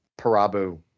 Parabu